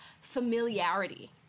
familiarity